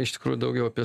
iš tikrųjų daugiau apie